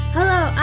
Hello